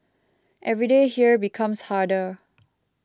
every day here becomes harder